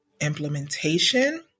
implementation